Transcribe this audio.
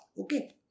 Okay